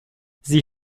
sie